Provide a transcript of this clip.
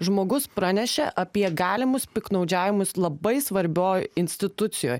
žmogus pranešė apie galimus piktnaudžiavimus labai svarbioj institucijoj